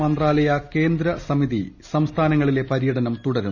മന്ത്രാലയകേന്ദ്ര സമിതി സംസ്ഥാനങ്ങളിലെ പര്യടനം തുടരുന്നു